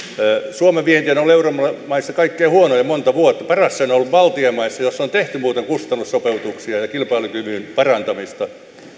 suomen vienti on ollut euromaissa kaikkein huonoin monta vuotta paras se on ollut baltian maissa joissa on tehty muuten kustannussopeutuksia ja kilpailukyvyn parantamista